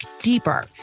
deeper